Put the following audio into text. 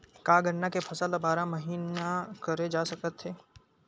का गन्ना के फसल ल बारह महीन करे जा सकथे?